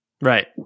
right